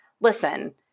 listen